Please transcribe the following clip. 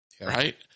Right